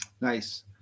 Nice